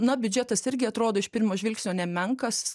na biudžetas irgi atrodo iš pirmo žvilgsnio nemenkas